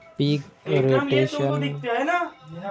पीक rotation पद्धतीत पराटीनंतर कोनचे पीक घेऊ?